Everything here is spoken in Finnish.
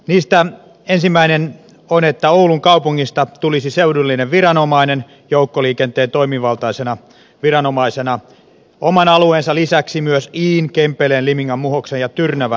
niistä ensimmäinen on että oulun kaupungista tulisi seudullinen viranomainen joukkoliikenteen toimivaltaisena viranomaisena oman alueensa lisäksi myös iin kempeleen limingan muhoksen ja tyrnävän alueella